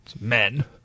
men